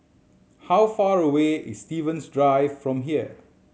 how far away is Stevens Drive from here